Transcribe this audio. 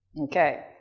Okay